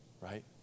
Right